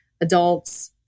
adults